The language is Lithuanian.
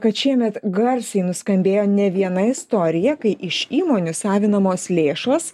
kad šiemet garsiai nuskambėjo ne viena istorija kai iš įmonių savinamos lėšos